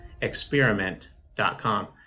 Experiment.com